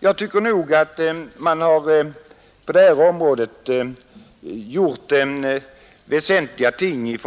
Jag tycker nog att riksdagen på detta område fäst uppmärksamhet på väsentliga ting,